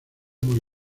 muy